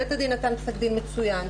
בית הדין נתן פסק דין מצוין,